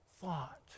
thought